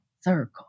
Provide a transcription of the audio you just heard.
circle